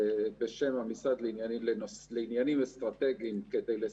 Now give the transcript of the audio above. יש בה 300 משפטנים ישראלים ובין-לאומיים ברחבי העולם